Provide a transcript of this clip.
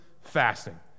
fasting